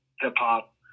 hip-hop